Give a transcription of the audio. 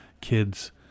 kids